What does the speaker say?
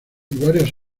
varias